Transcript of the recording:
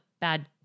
bad